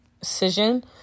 decision